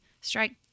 Strike